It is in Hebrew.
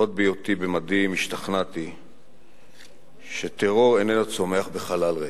עוד בהיותי במדים השתכנעתי שטרור איננו צומח בחלל ריק,